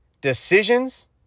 Decisions